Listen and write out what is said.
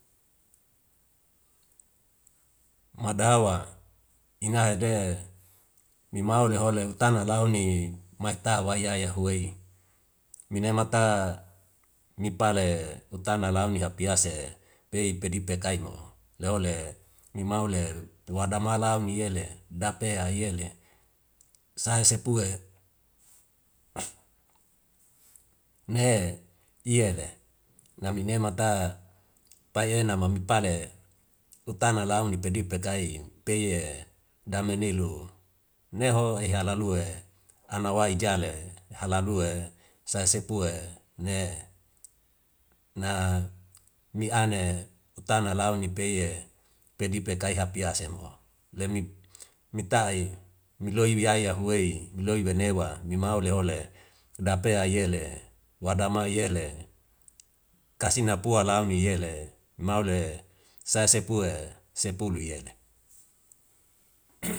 Madawa inga hede nimau lehole utana launi maikta wa iya yahu wei mine mata ni pale utana launi hapiase pei pedi pekai mo le ole nimau le tua dama dau ni yele dape ya yele sai sepue ne iyele nami ne mata pai ena mami pale utana launi pedi pekai pei dame nelu neho eha lalue anu wae jale halalue sai sepu'e ne na ane utana launi pei pedi pekai hapiase mo le mik mitai miloi wi yae yahu wei miloi wanewa mi mau le hole dapea yele wadama yele kasina pua launi yele maule sai sepue sepulu yele.